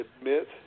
admit